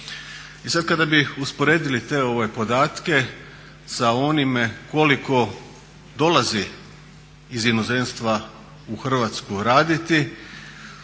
I sada kada bi usporedili te podatke sa onime koliko dolazi iz inozemstva u Hrvatsku raditi